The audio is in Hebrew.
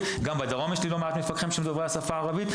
וגם בדרום יש לי לא מעט מפקחים שהם דוברי השפה ערבית,